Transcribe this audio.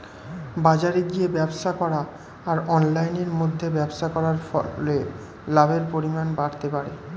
বাজারে গিয়ে ব্যবসা করা আর অনলাইনের মধ্যে ব্যবসা করার ফলে লাভের পরিমাণ বাড়তে পারে?